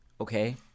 okay